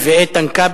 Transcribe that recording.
(הארכת התוכנית הניסיונית),